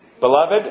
Beloved